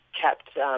kept